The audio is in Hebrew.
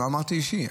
לא אמרתי אישי.